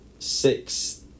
Six